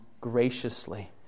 graciously